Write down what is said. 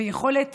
ועם יכולת